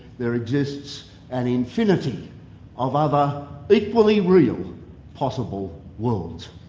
there exists an infinity of other equally real possible worlds.